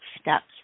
steps